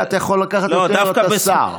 אתה יכול לקחת יותר, אתה שר.